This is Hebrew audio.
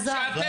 אמת -- אוקי,